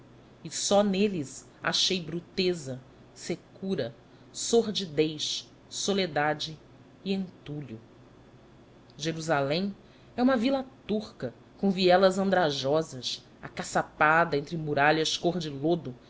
e só neles achei bruteza secura sordidez soledade e entulho jerusalém é uma vila turca com vielas andrajosas acaçapada entre muralhas cor de lodo